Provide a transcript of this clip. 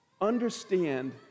understand